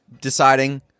deciding